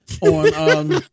on